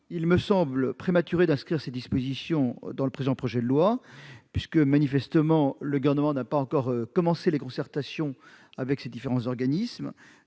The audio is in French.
il me semble prématuré d'inscrire ces dispositions dans le présent projet de loi, puisque, manifestement, le Gouvernement n'a pas encore commencé les concertations indispensables avec les différents organismes.